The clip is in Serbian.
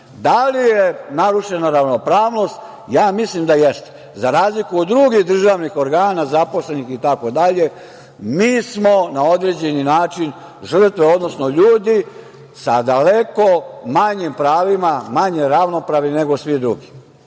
Da li je narušena ravnopravnost? Ja mislim da jeste. Za razliku od drugih državnih organa zaposlenih itd, mi smo na određeni način žrtve, odnosno ljudi sa daleko manjim pravima, manje ravnopravni nego svi drugi.I